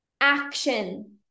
Action